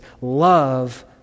Love